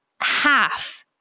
half